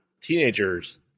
teenagers